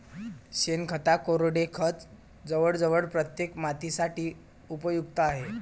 शेणखताचे कोरडे खत जवळजवळ प्रत्येक मातीसाठी उपयुक्त आहे